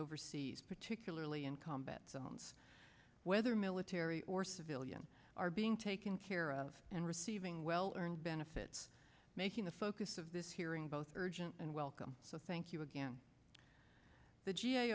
overseas particularly in combat zones whether military or civilian are being taken care of and receiving well earned benefits making the focus of this hearing both urgent and welcome so thank you again the g a